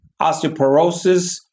osteoporosis